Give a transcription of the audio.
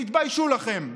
תתביישו לכם.